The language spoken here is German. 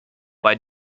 bei